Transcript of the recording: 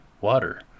water